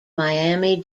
miami